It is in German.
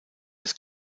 des